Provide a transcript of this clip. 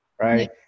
right